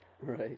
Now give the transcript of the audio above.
Right